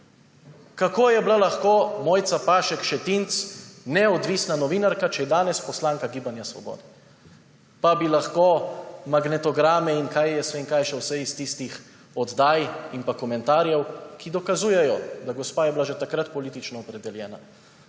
Kako je bila lahko Mojca Pašek Šetinc neodvisna novinarka, če je danes poslanka Gibanja Svoboda? Pa bi lahko [predvajali] magnetograme in kaj jaz vem, kaj še vse iz tistih oddaj in pa komentarjev, ki dokazujejo, da je bila gospa že takrat politično opredeljena.